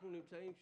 אנחנו נמצאים שם.